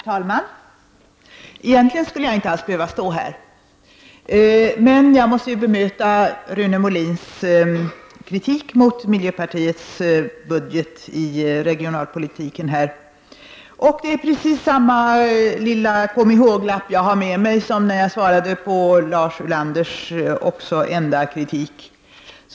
Herr talman! Egentligen skulle jag inte alls behöva stå här. Men jag måste bemöta Rune Molins kritik mot miljöpartiets budget när det gäller regionalpolitiska förslag. Jag har samma lilla kom-ihåg-lapp med mig som när jag bemötte Lars Ulanders kritik.